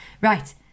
Right